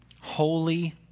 Holy